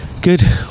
Good